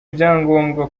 ibyangombwa